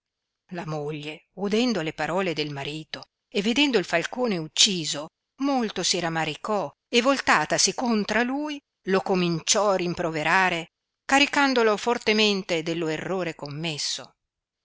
la moglie udendo le parole del marito e vedendo il falcone ucciso molto si ramaricò e voltatasi contra lui lo cominciò rimproverare caricandolo fortemente dello errore commesso